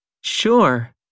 Sure